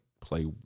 play